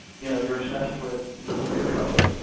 you know you're obsessed with your code.